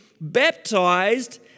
baptized